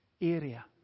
area